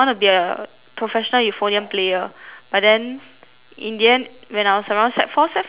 professional euphonium player but then in the end when I was around sec four sec five